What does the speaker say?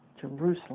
Jerusalem